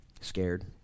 scared